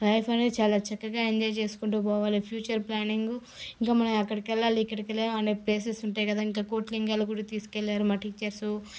life అనేది చాలా చక్కగా ఎంజాయ్ చేసుకుంటూ పోవాలి ఫ్యూచర్ ప్లానింగు ఇంకా మనం అక్కడికి వెళ్లాలి ఇక్కడికి వెళ్లాలి అనే ప్లేసెస్ ఉంటాయి కదా ఇంకా కోటి లింగాలు గుడికి తీసుకెళ్లారు మా టీచర్సు